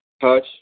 Touch